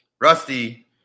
Rusty